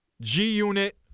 G-Unit